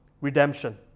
redemption